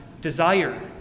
desire